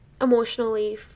Emotionally